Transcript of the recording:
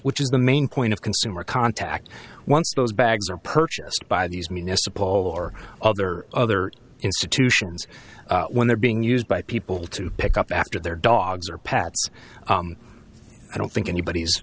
which is the main point of consumer contact once those bags are purchased by these municipal or other other institutions when they're being used by people to pick up after their dogs or pets i don't think anybody's